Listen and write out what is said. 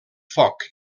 foc